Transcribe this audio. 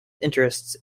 interest